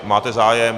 Máte zájem.